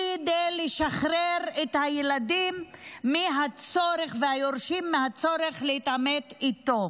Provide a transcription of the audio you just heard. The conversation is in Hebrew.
כדי לשחרר את הילדים והיורשים מהצורך להתעמת איתו.